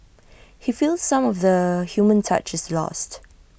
he feels some of the human touch is lost